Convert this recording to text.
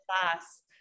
class